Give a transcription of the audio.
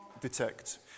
Detect